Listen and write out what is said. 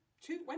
two